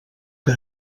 que